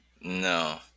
No